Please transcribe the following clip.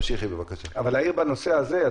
אבל, אדוני היושב-ראש, אני רוצה להעיר בנושא הזה.